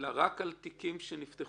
אלא רק על תיקים שנפתחו.